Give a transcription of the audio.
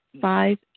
Five